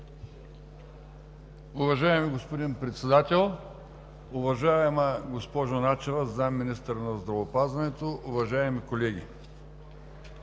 Уважаеми господин Председател, уважаема госпожо Начева – заместник-министър на здравеопазването, уважаеми колеги!